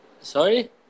Sorry